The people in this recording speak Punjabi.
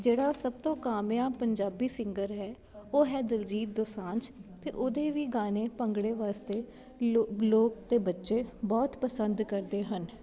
ਜਿਹੜਾ ਸਭ ਤੋਂ ਕਾਮਯਾਬ ਪੰਜਾਬੀ ਸਿੰਗਰ ਹੈ ਉਹ ਹੈ ਦਲਜੀਤ ਦੋਸਾਂਝ ਤੇ ਉਹਦੇ ਵੀ ਗਾਨੇ ਭੰਗੜੇ ਵਾਸਤੇ ਲੋ ਲੋਕ ਤੇ ਬੱਚੇ ਬਹੁਤ ਪਸੰਦ ਕਰਦੇ ਹਨ